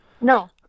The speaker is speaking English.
No